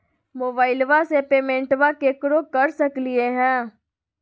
मोबाइलबा से पेमेंटबा केकरो कर सकलिए है?